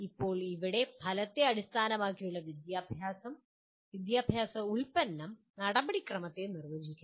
ഇപ്പോൾ ഇവിടെ ഫലത്തെ അടിസ്ഥാനമാക്കിയുള്ള വിദ്യാഭ്യാസ ഉൽപ്പന്നം നടപടിക്രമത്തെ നിർവചിക്കുന്നു